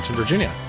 virginia.